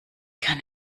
kann